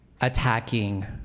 attacking